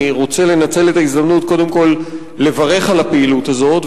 אני רוצה לנצל את ההזדמנות קודם כול לברך על הפעילות הזאת,